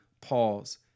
pause